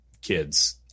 kids